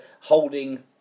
holding